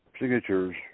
signatures